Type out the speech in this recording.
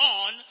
on